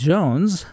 Jones